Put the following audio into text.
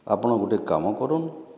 ଆପଣ ଗୋଟେ କାମ କରୁନ୍